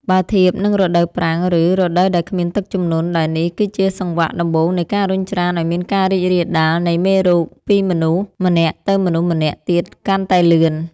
បើធៀបនឹងរដូវប្រាំង ឬរដូវដែលគ្មានទឹកជំនន់ ដែលនេះគឺជាសង្វាក់ដំបូងនៃការរុញច្រានឱ្យមានការរីករាលដាលនៃមេរោគពីមនុស្សម្នាក់ទៅមនុស្សម្នាក់ទៀតកាន់តែលឿន។